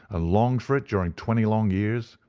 ah longed for it during twenty long years,